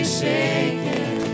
shaken